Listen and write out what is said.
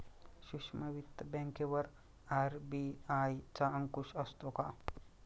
सूक्ष्म वित्त बँकेवर आर.बी.आय चा अंकुश असतो का?